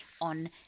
on